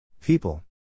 People